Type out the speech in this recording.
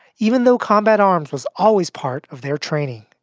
even though combat arms was always part of their training.